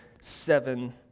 seven